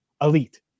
Elite